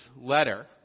letter